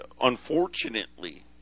unfortunately